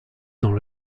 dans